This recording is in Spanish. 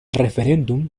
referéndum